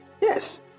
Yes